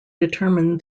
determined